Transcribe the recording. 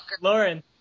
Lauren